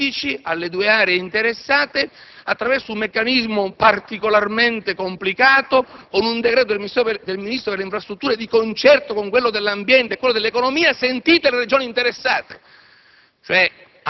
geopolitici tra le due aree interessate, attraverso un meccanismo particolarmente complicato, con un decreto del Ministro delle infrastrutture, di concerto con quello dell'ambiente e dell'economia, sentite le Regioni interessate.